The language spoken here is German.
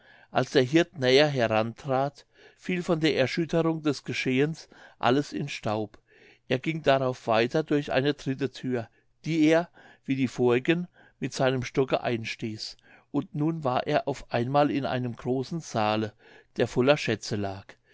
als der hirt näher herantrat fiel von der erschütterung des gehens alles in staub er ging darauf weiter durch eine dritte thür die er wie die vorigen mit seinem stocke einstieß und nun war er auf einmal in einem großen saale der voller schätze lag